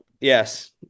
Yes